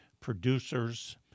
producers